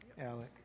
Alec